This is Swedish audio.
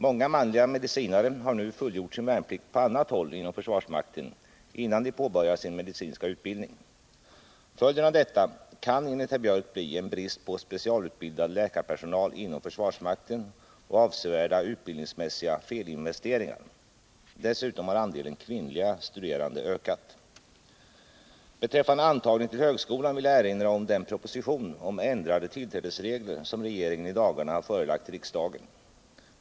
Många manliga medicinare har nu fullgjort sin värnplikt på annat håll inom försvarsmakten innan de påbörjar sin medicinska utbildning. Följden av detta kan enligt herr Biörck bli en brist på specialutbildad läkarpersonal inom försvarsmakten och avsevärda utbildningsmässiga felinvesteringar. Dessutom har andelen kvinnliga studerande ökat. Beträffande antagningen till högskolan vill jag erinra om den proposition om ändrade tillträdesregler som regeringen i dagarna har förelagt riksdagen.